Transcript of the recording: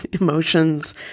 emotions